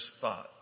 Thought